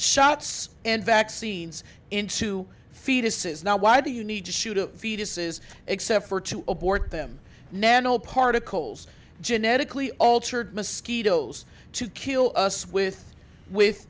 shots and vaccines into fetuses now why do you need to shoot fetuses except for to abort them nanoparticles genetically altered mosquitoes to kill us with with